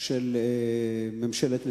של ממשלת נתניהו: